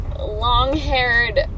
long-haired